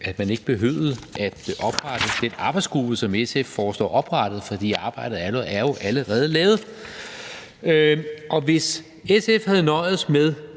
at man ikke behøvede at oprette den arbejdsgruppe, som SF foreslår oprettet, for arbejdet er jo allerede lavet. Og Venstre havde godt